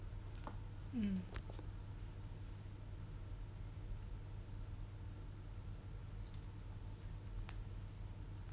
mm